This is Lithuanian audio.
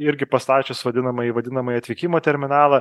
irgi pastačius vadinamąjį vadinamąjį atvykimo terminalą